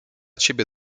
ciebie